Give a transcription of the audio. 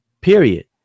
Period